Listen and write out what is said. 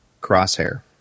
crosshair